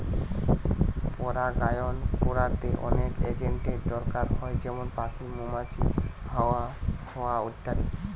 পরাগায়ন কোরতে অনেক এজেন্টের দোরকার হয় যেমন পাখি, মৌমাছি, হাওয়া ইত্যাদি